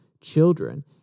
children